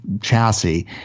chassis